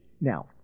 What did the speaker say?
Now